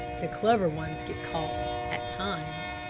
the clever ones get caught at times,